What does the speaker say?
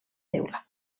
teula